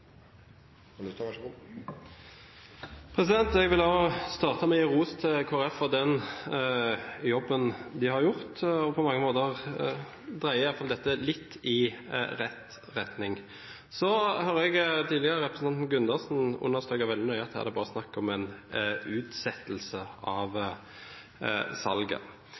Jeg vil også starte med å gi ros til Kristelig Folkeparti for den jobben de har gjort. På mange måter dreier dette i alle fall litt i riktig retning. Jeg hørte representanten Gundersen tidligere understreket veldig nøye at her er det bare snakk om en utsettelse av salget.